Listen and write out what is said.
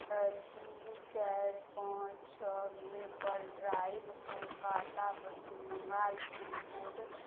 तीन चारि पाँच छओ maple drive Kolkata Paschim Bangal pincode